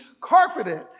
carpeted